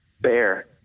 bear